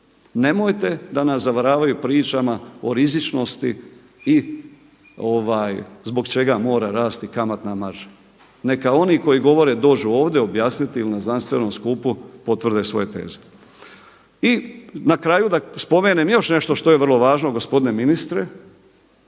Nemojte da nas zavaravaju pričama o rizičnosti i zbog čega mora rasti kamatna marža. Neka oni koji govore dođu ovdje objasniti ili na znanstvenom skupu potvrde svoje teze. I na kraju da spomenem još nešto što je vrlo važno gospodine ministre,